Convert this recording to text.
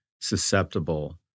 susceptible